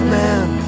man